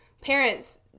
parents